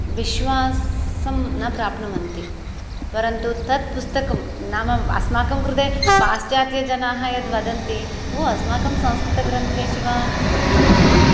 विश्वासं न प्राप्नुवन्ति परन्तु तत् पुस्तकं नाम अस्माकं कृते पाश्चात्यजनाः यद्वदन्ति ओ अस्माकं संस्कृतग्रन्थेषु वा